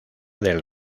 del